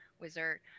Wizard